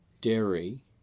Dairy